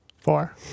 Four